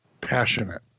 passionate